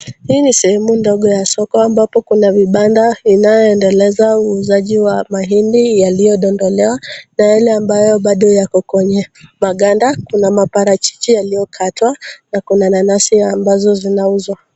Hii ni sehemu ndogo ya soko ambapo kuna vibanda inayoendeleza uuzaji wa mahindi yaliyodondolewa na yale ambayo bado yako kwenye maganda. Kuna maparachichi yaliyokatwa na kuna nanasi ambazo zinauzwa.